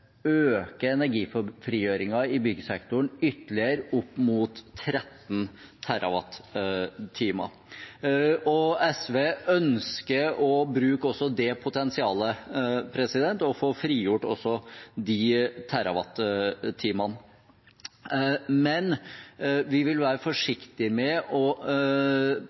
øke energifrigjøringen i byggsektoren ytterligere, opp mot 13 TWh. SV ønsker å bruke også det potensialet, å få frigjort også de terrawatt-timene, men vi vil være forsiktige med å